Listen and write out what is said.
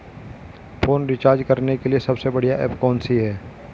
Phone recharge करने के लिए सबसे बढ़िया ऐप कौन सी है?